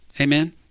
Amen